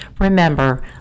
Remember